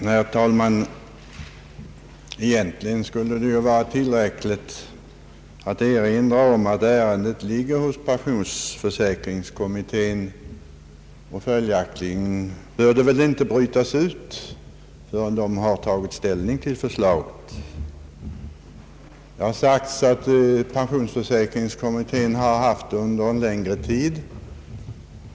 Herr talman! Egentligen skulle det vara tillräckligt att erinra om att detta ärende ligger hos pensionsförsäkringskommittén och följaktligen inte bör brytas ut ur sitt sammanhang förrän man där tagit ställning till förslaget. Det har sagts att pensionsförsäkringskommittén har haft det under en längre tid.